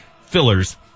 fillers